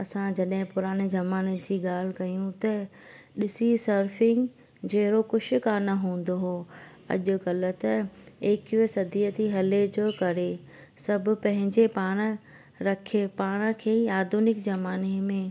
असां जॾहिं पुराने ज़माने जी ॻाल्हि कयूं त ॾिसी सर्फिंग जहिड़ो कुझु कोन हूंदो हो अॼुकल्ह त एकवीह सदीअ थी हले जो करे सभु पंहिंजे पाण रखे पाण खे आधुनिक ज़माने में